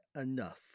enough